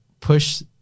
push